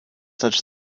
such